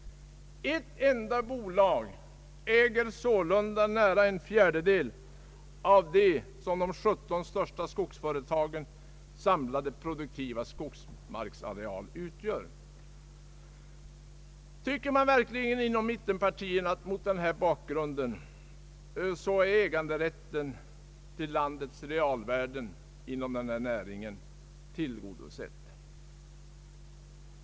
Ett enda bolag äger sålunda ensamt nära en fjärdedel av de 17 största skogsföretagens sammanlagda produktiva skogsareal. Tycker man verkligen i mittenpartierna mot den här bakgrunden att vårt krav »beträffande äganderätten till landets realvärden är tillgodosett för skogens del»?